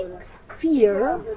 fear